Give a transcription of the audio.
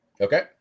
Okay